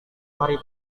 hari